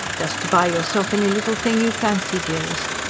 just to buy yourself any little thing you fancy, dearest.